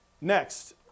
Next